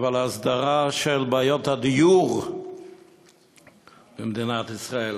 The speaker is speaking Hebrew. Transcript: אבל הסדרה של בעיות הדיור במדינת ישראל.